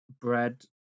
bread